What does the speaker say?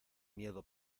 miedo